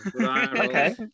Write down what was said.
Okay